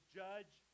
judge